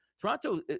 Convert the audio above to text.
Toronto